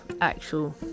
actual